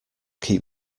keep